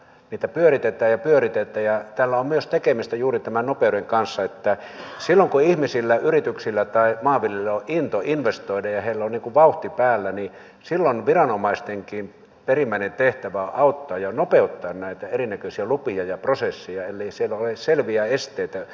niitä pyöritetään ja pyöritetään ja tällä on myös tekemistä juuri tämän nopeuden kanssa että silloin kun ihmisillä yrityksillä tai maanviljelijöillä on into investoida ja heillä on vauhti päällä niin silloin viranomaistenkin perimmäinen tehtävä on auttaa ja nopeuttaa näitä eri näköisiä lupia ja prosesseja ellei siellä ole selviä esteitä ympäristön tai jonkun muun suhteen